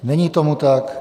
Není tomu tak.